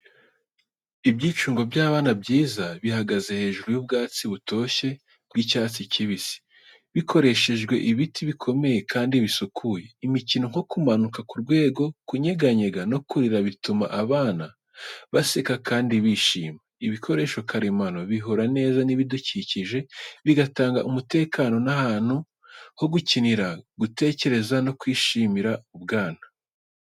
Ibyicungo by'abana byiza bihagaze hejuru y'ubwatsi butoshye bw’icyatsi kibisi, bikoreshejwe ibiti bikomeye kandi bisukuye. Imikino nko kumanuka ku rwego, kunyeganyega no kurira bituma abana baseka kandi bishima. Ibikoresho karemano bihura neza n’ibidukikije, bigatanga umutekano n’ahantu ho gukinira, gutekereza no kwishimira ubwana.